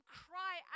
cry